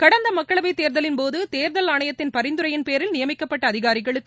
கடந்த மக்களவைத் தேர்தலின்போது தேர்தல் ஆணையத்தின் பரிந்துரையின்பேரில் நியமிக்கப்பட்ட அதிகாரிகளுக்கு